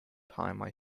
time